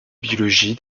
biologie